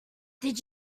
did